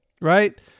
right